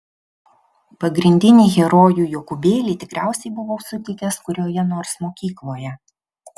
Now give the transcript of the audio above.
pagrindinį herojų jokūbėlį tikriausiai buvau sutikęs kurioje nors mokykloje